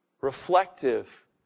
reflective